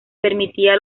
permitía